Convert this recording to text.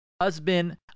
husband